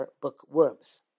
bookworms